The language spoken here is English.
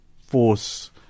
force